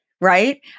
right